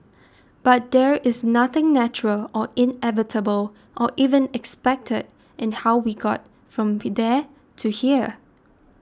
but there was nothing natural or inevitable or even expected in how we got from there to here